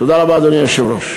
תודה רבה, אדוני היושב-ראש.